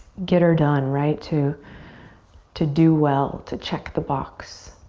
get er done, right? to to do well, to check the box,